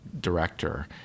director